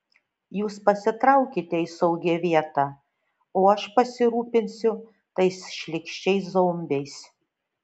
jūs pasitraukite į saugią vietą o aš pasirūpinsiu tais šlykščiais zombiais